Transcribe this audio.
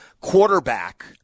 quarterback